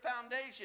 foundation